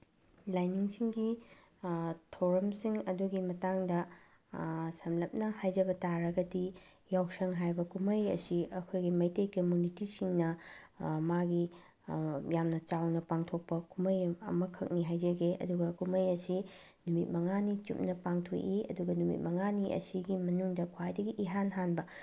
ꯂꯥꯏꯅꯤꯡꯁꯤꯡꯒꯤ ꯊꯧꯔꯝꯁꯤꯡ ꯑꯗꯨꯒꯤ ꯃꯇꯥꯡꯗ ꯁꯝꯂꯞꯅ ꯍꯥꯏꯖꯕ ꯇꯥꯔꯒꯗꯤ ꯌꯥꯎꯁꯪ ꯌꯥꯎꯕ ꯀꯨꯝꯍꯩ ꯑꯁꯤ ꯑꯩꯈꯣꯏꯒꯤ ꯃꯩꯇꯩ ꯀꯃ꯭ꯌꯨꯅꯤꯇꯤꯁꯤꯡꯅ ꯃꯥꯒꯤ ꯌꯥꯝꯅ ꯆꯥꯎꯅ ꯄꯥꯡꯊꯣꯛꯄ ꯀꯨꯝꯍꯩ ꯑꯃꯈꯛꯅꯤ ꯍꯥꯏꯖꯒꯦ ꯑꯗꯨꯒ ꯀꯨꯝꯍꯩ ꯑꯁꯤ ꯅꯨꯃꯤꯠ ꯃꯉꯥꯅꯤ ꯆꯨꯞꯅ ꯄꯥꯡꯊꯣꯛꯏ ꯑꯗꯨꯒ ꯅꯨꯃꯤꯠ ꯃꯉꯥꯅꯤ ꯑꯁꯤꯒꯤ ꯃꯅꯨꯡꯗ ꯈ꯭ꯋꯥꯏꯗꯒꯤ ꯏꯍꯥꯟ ꯍꯥꯟꯕ